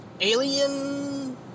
alien